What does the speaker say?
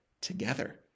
together